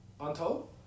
Untold